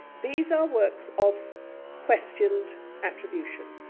these are works of questioned attribution.